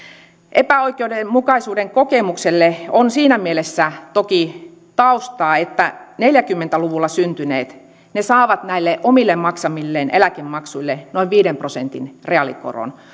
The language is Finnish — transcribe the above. epäoikeudenmukaisuuden kokemukselle on siinä mielessä toki taustaa että neljäkymmentä luvulla syntyneet saavat näille omille maksamilleen eläkemaksuille noin viiden prosentin reaalikoron